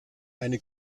eine